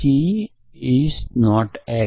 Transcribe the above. c એ x છે